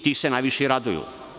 Ti se najviše i raduju.